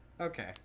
Okay